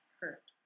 hurt